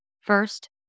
First